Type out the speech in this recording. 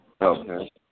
Okay